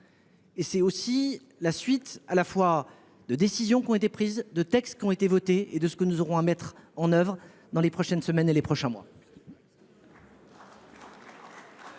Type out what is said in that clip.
moins. C’est la suite à la fois de décisions qui ont été prises, de textes qui ont été votés et de ce que nous aurons à mettre en œuvre dans les prochaines semaines et les prochains mois.